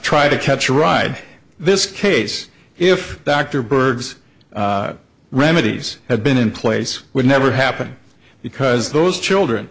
try to catch a ride this case if dr bird's remedies had been in place would never happen because those children